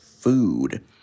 food